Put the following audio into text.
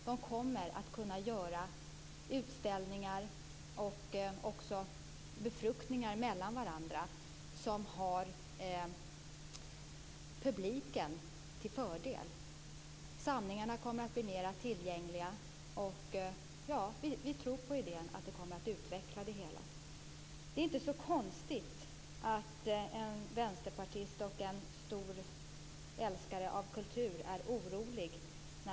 Man kommer att göra utställningar och kunna befrukta varandra, och det blir en fördel för publiken. Samlingarna kommer att bli mer tillgängliga. Vi tror på idén och att det kommer att ske en utveckling. Det är inte så konstigt att en vänsterpartist och en stor älskare av kultur är orolig.